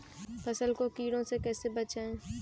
फसल को कीड़ों से कैसे बचाएँ?